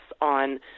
on